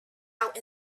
out